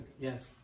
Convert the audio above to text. Yes